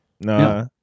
Nah